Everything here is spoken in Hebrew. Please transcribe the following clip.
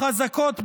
חזקות בימין.